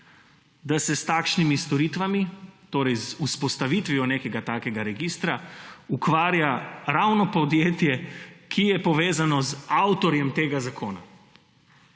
da se s takšnimi storitvami, torej z vzpostavitvijo nekega takega registra se ukvarja ravno podjetje, ki je povezano z avtorjem tega zakona.